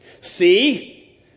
See